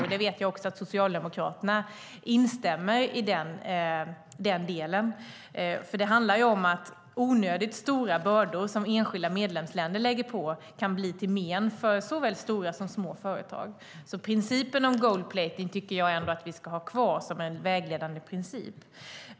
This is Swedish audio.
Jag vet att Socialdemokraterna instämmer i den delen. Det handlar om att onödigt stora bördor som enskilda medlemsländer lägger på kan bli till men för såväl stora som små företag. Principen om gold-plating tycker jag ändå att vi ska ha kvar som en vägledande princip.